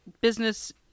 business